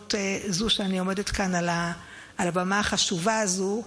בהזדמנות זו שאני עומדת כאן על הבמה החשובה הזו.